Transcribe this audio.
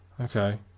Okay